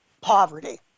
poverty